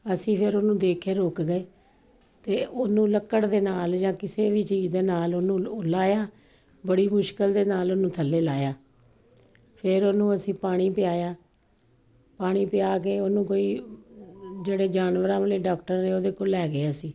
ਅਸੀਂ ਫਿਰ ਉਹਨੂੰ ਦੇਖ ਕੇ ਰੁਕ ਗਏ ਅਤੇ ਉਹਨੂੰ ਲੱਕੜ ਦੇ ਨਾਲ ਜਾਂ ਕਿਸੇ ਵੀ ਚੀਜ਼ ਦੇ ਨਾਲ ਉਹਨੂੰ ਉ ਲਾਹਇਆ ਬੜੀ ਮੁਸ਼ਕਿਲ ਦੇ ਨਾਲ ਉਹਨੂੰ ਥੱਲੇ ਲਾਹਇਆ ਫਿਰ ਉਹਨੂੰ ਅਸੀਂ ਪਾਣੀ ਪਿਲਾਇਆ ਪਾਣੀ ਪਿਲਾ ਕੇ ਉਹਨੂੰ ਕੋਈ ਜਿਹੜੇ ਜਾਨਵਰਾਂ ਵਾਲੇ ਡਾਕਟਰ ਨੇ ਉਹਦੇ ਕੋਲ ਲੈ ਗਏ ਅਸੀਂ